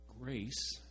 grace